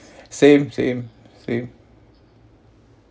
same same same